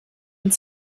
und